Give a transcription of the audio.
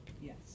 Yes